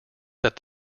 that